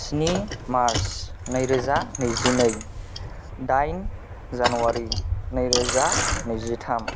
स्नि मार्च नैरोजा नैजिनै दाइन जानुवारि नैरोजा नैजिथाम